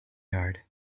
yard